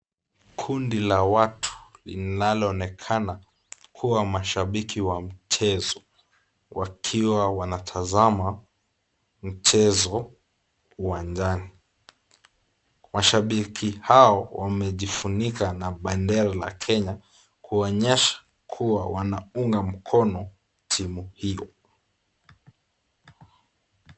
Kundi la watu linaloonekana kuwa mashabiki wa mchezo wakiwa wanatazama mchezo uwanjani. Mashabiki hao wamejifunika na bendera la Kenya, kuonyesha kuwa wanaunga mkono timu hiyo.